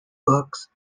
books